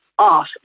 off